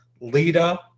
Lita